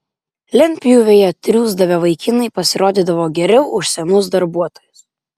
lentpjūvėje triūsdavę vaikinai pasirodydavo geriau už senus darbuotojus